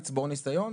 לצבור ניסיון.